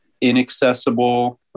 inaccessible